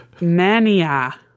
Mania